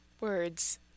Words